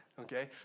okay